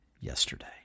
yesterday